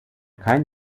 kein